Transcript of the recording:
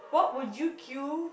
what would you queue